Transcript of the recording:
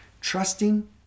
trusting